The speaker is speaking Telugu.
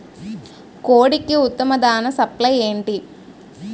కోడికి ఉత్తమ దాణ సప్లై ఏమిటి?